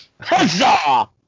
Huzzah